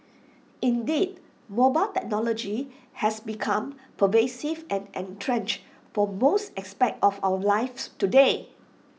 indeed mobile technology has become pervasive and entrenched for most aspects of our lives today